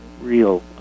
real